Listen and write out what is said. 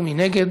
מי נגד?